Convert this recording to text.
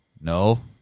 No